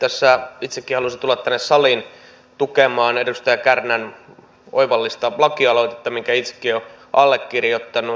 itsekin halusin tulla tänne saliin tukemaan edustaja kärnän oivallista lakialoitetta minkä itsekin olen allekirjoittanut